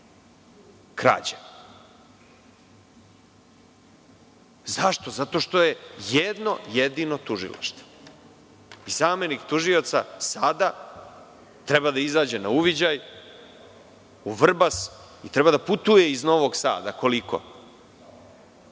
krađa. Zašto? Zato što je jedno jedino tužilaštvo. Zamenik tužioca sada treba da izađe na uviđaj u Vrbas i treba da putuje iz Novog Sada. To